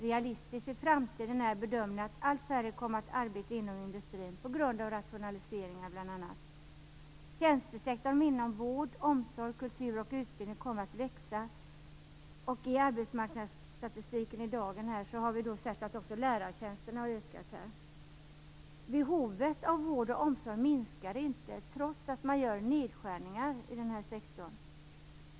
Det är en realistisk bedömning att allt färre i framtiden kommer att arbeta inom industrin på grund av bl.a. rationaliseringar. Tjänstesektorn inom vård, omsorg, kultur och utbildning kommer att växa. Och i dagens arbetsmarknadsstatistik har vi sett att också lärartjänsterna har ökat. Behovet av vård och omsorg minskar inte, trots att man gör nedskärningar i den här sektorn.